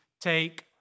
take